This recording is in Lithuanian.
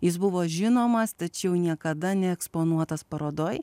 jis buvo žinomas tačiau niekada neeksponuotas parodoj